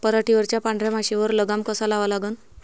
पराटीवरच्या पांढऱ्या माशीवर लगाम कसा लावा लागन?